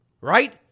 right